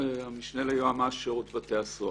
אני המשנה ליועץ המשפטי, שירות בתי הסוהר.